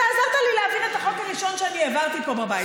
דווקא אתה עזרת לי להעביר את החוק הראשון שאני העברתי פה בבית.